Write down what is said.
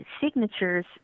signatures